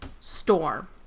storm